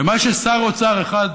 למה ששר אוצר אחד,